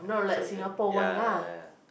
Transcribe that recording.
sorry sorry ya